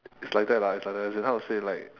it's like that lah it's like that as in how to say like